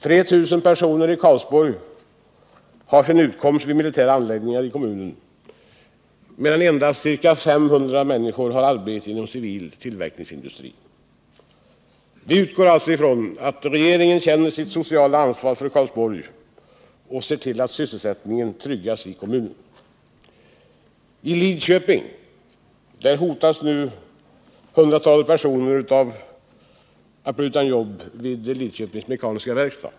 3 000 personer i Karlsborg har sin utkomst från arbete vid de militära anläggningarna i kommunen, medan endast ca 500 har arbete inom civil tillverkningsindustri. Vi utgår alltså ifrån att regeringen känner sitt sociala ansvar för Karlsborg och ser till att sysselsättningen i kommunen tryggas. I Lidköping hotas hundratalet personer att bli utan jobb vid Lidköpings Mekaniska Verkstad.